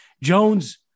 Jones